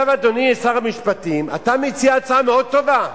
אדוני שר המשפטים, אתה מציע הצעה מאוד טובה,